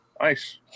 Nice